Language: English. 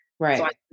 Right